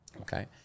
Okay